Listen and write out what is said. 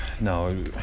no